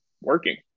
working